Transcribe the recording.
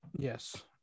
Yes